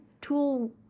tool